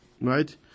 right